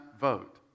vote